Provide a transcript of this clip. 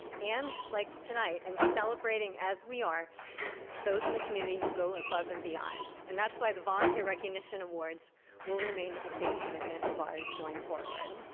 and like tonight, in celebrating as we are those in the community who go above and beyond and that's why the volunteer recognition awards will remain a big commitment of ours going forward.